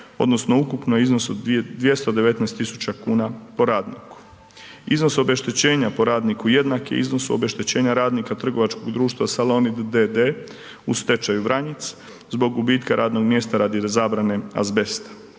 odnosno ukupno iznosu od 219 tisuća kuna po radniku. Iznos obeštećenja po radniku jednak je iznosu obeštećenja radnika trgovačkog društva Salonit d.d. u stečaju, Vranjic zbog gubitka radnog mjesta radi zabrane azbesta.